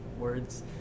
words